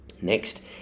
Next